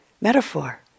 metaphor